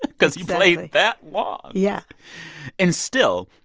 because he played that long yeah and still,